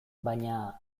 baina